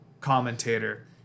commentator